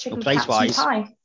Place-wise